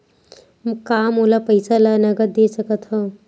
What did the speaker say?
का मोला पईसा ला नगद दे सकत हव?